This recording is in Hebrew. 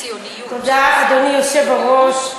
תודה, אדוני היושב-ראש.